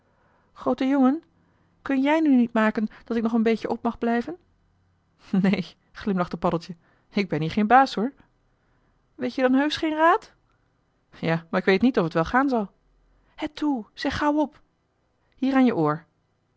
groote jongen kun jij nu niet maken dat ik nog een beetje op mag blijven neen glimlachte paddeltje ik ben hier geen baas hoor weet-je dan heusch geen raad ja maar k weet niet of t wel gaan zal hè toe zeg gauw op hier aan je oor